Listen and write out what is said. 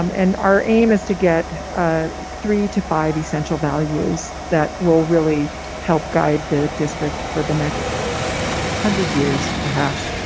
um and our aim is to get three to five essential values that will really help guide the district for the next. one hundred years perhaps,